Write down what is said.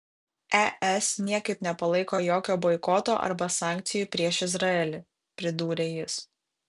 es niekaip nepalaiko jokio boikoto arba sankcijų prieš izraelį pridūrė jis